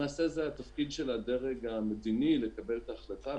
למעשה, זה התפקיד של הדרג המדיני לקבל את ההחלטה.